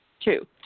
Two